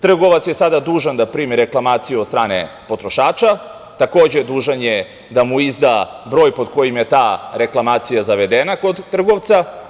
Trgovac je sada dužan da primi reklamaciju od strane potrošača, takođe dužan je da mu izda broj pod kojim je ta reklamacija zavedena kod trgovca.